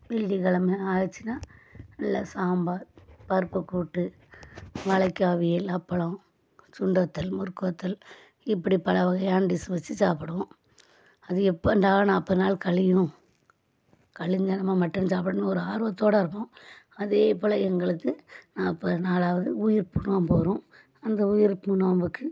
வெள்ளிக்கிழம ஆச்சுன்னா நல்லா சாம்பார் பருப்பு கூட்டு வாழைக்கா அவியல் அப்பளம் சுண்ட வற்றல் முறுக்கு வற்றல் இப்படி பல வகையான டிஸ் வச்சி சாப்பிடுவோம் அது எப்படா நாற்பது நாள் கழியும் கழிஞ்சா நம்ம மட்டன் சாப்பிட்ணுன்னு ஒரு ஆர்வத்தோடு இருப்போம் அதேபோல் எங்களுக்கு நாற்பது நாளாவது உயிர்ப்பு நோன்பு வரும் அந்த உயிர்ப்பு நோன்புக்கு